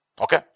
Okay